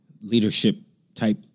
leadership-type